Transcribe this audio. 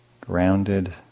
grounded